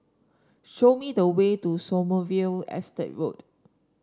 show me the way to Sommerville Estate Road